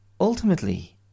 Ultimately